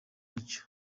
mucyo